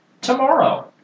tomorrow